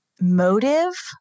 motive